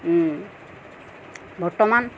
বৰ্তমান